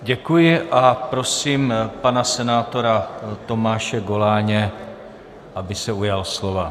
Děkuji a prosím pana senátora Tomáše Goláně, aby se ujal slova.